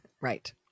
Right